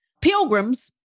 pilgrims